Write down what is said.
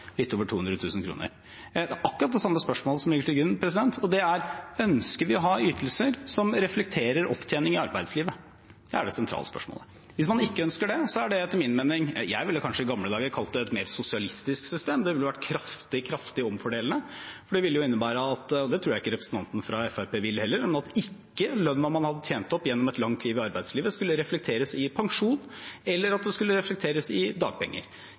litt over 200 000 kr? Det er akkurat det samme spørsmålet som ligger til grunn, og det er: Ønsker vi å ha ytelser som reflekterer opptjening i arbeidslivet? Det er det sentrale spørsmålet. Hvis man ikke ønsker det, er det etter min mening det jeg i gamle dager kanskje ville kalt et mer sosialistisk system, for det ville vært kraftig, kraftig omfordelende. Det ville jo innebære – og det tror jeg ikke representanten fra Fremskrittspartiet vil, heller – at ikke lønna man hadde tjent opp gjennom et langt liv i arbeidslivet, skulle reflekteres i pensjon, eller at den skulle reflekteres i dagpenger.